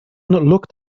looked